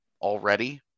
already